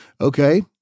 Okay